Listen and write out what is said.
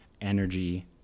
energy